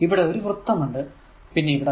ഇവിടെ ഒരു വൃത്തം ഉണ്ട് പിന്നെ ഇവിടെ